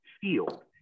field